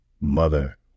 mother